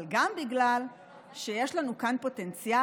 אבל גם בגלל שיש לנו כאן פוטנציאל,